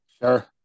Sure